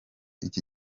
iki